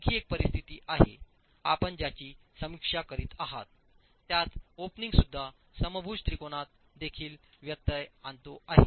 आणखी एक परिस्थिती आहे आपण ज्याची समिक्षा करीत आहात त्यात ओपनिंग सुद्धा समभुज त्रिकोणात देखील व्यत्यय आणतो आहे